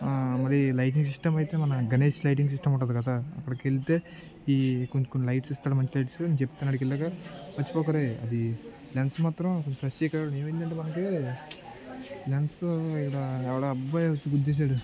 మరి lighting system అయితే మన గణేష్ లైటింగ్ సిస్టం ఉంటుంది కదా అక్కడికి వెళ్తే ఈ కొ కొన్ని లైట్స్ ఇస్తాడు మంచి లైట్స్ చెప్తున్న ఆడికి వెళ్లాక మర్చిపోకు ఒరేయ్ అది లెన్స్ మాత్రం కొంచం ఫ్రెష్గా ఏమైంది అంటే మనకు లెన్స్ ఇక్కడ ఎవడో అబ్బాయి వచ్చి గుద్దేసాడు